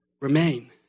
Remain